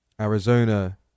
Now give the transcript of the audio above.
Arizona